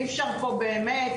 אי-אפשר פה באמת,